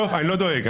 אני לא דואג,